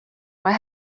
why